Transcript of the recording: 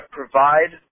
provide